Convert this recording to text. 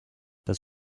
das